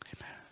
Amen